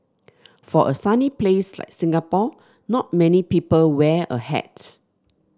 for a sunny place like Singapore not many people wear a hat